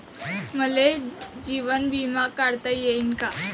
मले जीवन बिमा काढता येईन का?